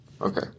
Okay